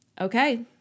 Okay